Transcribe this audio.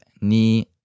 knee